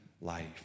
life